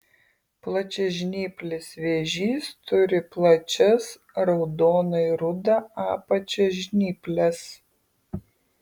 plačiažnyplis vėžys turi plačias raudonai ruda apačia žnyples